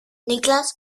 niklaas